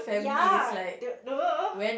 ya the